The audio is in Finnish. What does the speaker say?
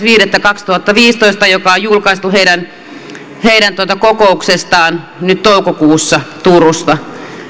viidettä kaksituhattaviisitoista joka on julkaistu heidän heidän kokouksestaan nyt toukokuussa turussa